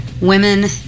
women